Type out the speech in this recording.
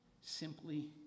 Simply